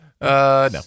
No